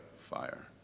fire